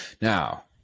Now